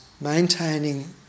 maintaining